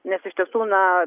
nes iš tiesų na